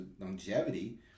longevity